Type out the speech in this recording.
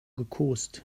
gekost